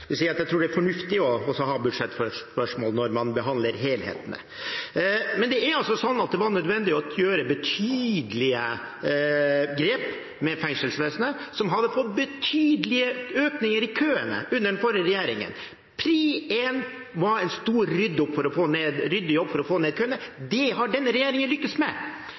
Jeg tror det er fornuftig å ta budsjettspørsmål når man behandler helheten. Det var nødvendig å gjøre betydelige grep med fengselsvesenet, som hadde fått en betydelig økning i køene under den forrige regjeringen. Prioritet nr. 1 var en stor ryddejobb for å få ned køene. Det har denne regjeringen lyktes med. Prioritet nr. 2 er å fornye en del av bygningene – det